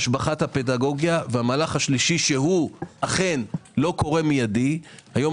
השבחת הפדגוגיה והמהלך השלישי שלא קורה מיידי היום